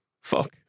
Fuck